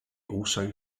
also